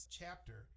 chapter